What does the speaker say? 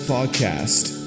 Podcast